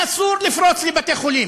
ואסור לפרוץ לבתי-חולים.